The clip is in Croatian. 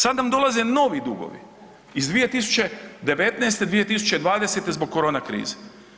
Sad nam dolaze novi dugovi iz 2019., 2020. zbog korona krize.